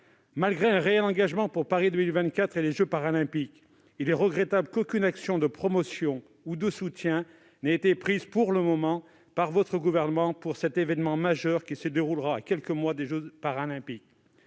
Malgré un réel engagement pour Paris 2024 et les jeux Paralympiques, il est regrettable qu'aucune action de promotion ou de soutien n'ait été prise pour le moment par le Gouvernement pour cet événement majeur qui se déroulera à quelques mois des jeux Paralympiques.